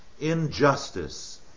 injustice